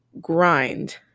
grind